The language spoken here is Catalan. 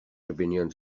opinions